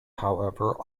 however